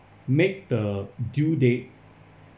make the due date